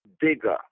bigger